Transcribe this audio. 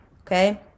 Okay